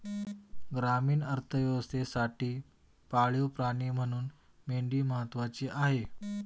ग्रामीण अर्थव्यवस्थेसाठी पाळीव प्राणी म्हणून मेंढी महत्त्वाची आहे